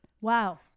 Wow